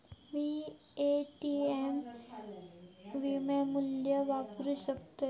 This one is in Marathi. मी ए.टी.एम विनामूल्य वापरू शकतय?